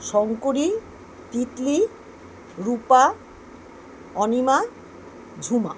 Shankari Titli Rupa Anima Jhuma